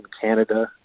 Canada